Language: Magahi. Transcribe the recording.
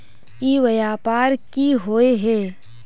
ई व्यापार की होय है?